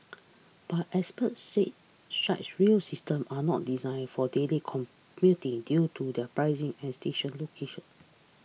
but experts said such rail systems are not designed for daily commuting due to their pricing and station locations